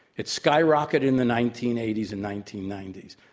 it skyrocketed in the nineteen eighty s and nineteen ninety s.